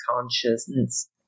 consciousness